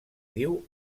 diu